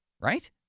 right